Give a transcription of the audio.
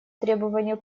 требования